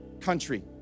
country